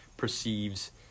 Perceives